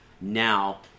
now